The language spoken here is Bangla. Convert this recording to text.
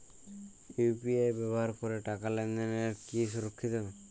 ইউ.পি.আই ব্যবহার করে টাকা লেনদেন কি সুরক্ষিত?